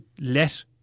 let